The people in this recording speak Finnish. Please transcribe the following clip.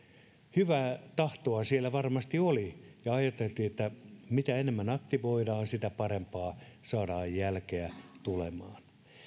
hyvää tahtoa siellä varmasti oli ja ajateltiin että mitä enemmän aktivoidaan sitä parempaa jälkeä saadaan tulemaan